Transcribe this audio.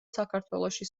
საქართველოში